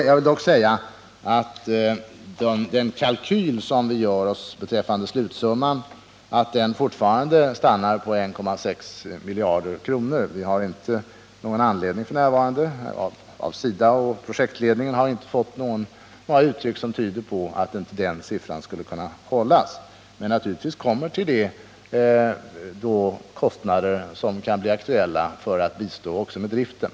Jag vill dock säga att den kalkyl som vi gör beträffande slutsumman visar att den fortfarande stannar på 1,6 miljarder kronor. SIDA och projektledningen har f. n. inte fått några intryck som tyder på att man inte skall kunna fasthålla vid den siffran. Men naturligtvis kommer till den summan kostnader som kan bli aktuella för bistånd också med driften.